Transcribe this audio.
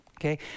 okay